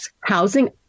housing